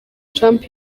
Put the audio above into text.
trump